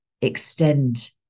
extend